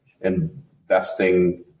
investing